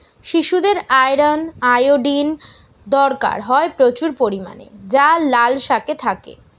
শিশুদের iron, iodine দরকার হয় প্রচুর পরিমাণে যা লাল শাকে থাকে